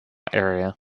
area